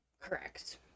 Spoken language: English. Correct